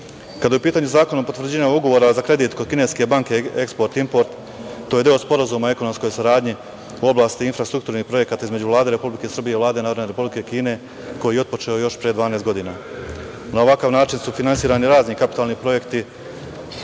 je u pitanju Zakon o potvrđivanju ugovora za kredit kod kineske banke „Eksport-import“ to je deo sporazuma o ekonomskoj saradnji u oblasti infrastrukturnih projekata između Vlade Republike Srbije i Vlade Narodne Republike Kine koji je otpočeo još pre 12 godina. Na ovakav način su finansirani razni kapitalni projekti